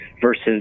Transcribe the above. versus